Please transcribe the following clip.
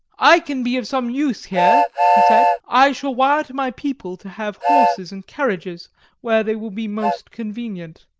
i can be of some use here, he said. i shall wire to my people to have horses and carriages where they will be most convenient.